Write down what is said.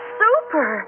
super